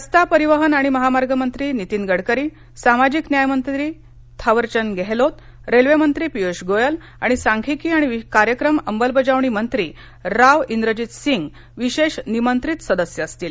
रस्ता परिवहन आणि महामार्ग मंत्री नितीन गडकरी सामाजिक न्याय मंत्री थावरचंद गेहलोतरेल्वे मंत्री पियुष गोयल आणि सांख्यिकी आणि कार्यक्रम अंमलबजावणी मंत्री राव इंद्रजीत सिंग विशेष निमंत्रित सदस्य असतील